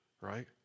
right